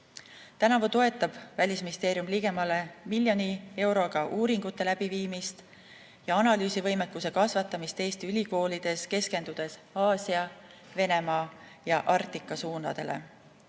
Tänavu toetab Välisministeerium ligemale miljoni euroga uuringute läbiviimist ja analüüsivõimekuse kasvatamist Eesti ülikoolides, keskendudes Aasia, Venemaa ja Arktika suunale.